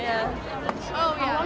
yeah yeah